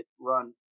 run –